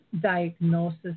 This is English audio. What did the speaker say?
diagnosis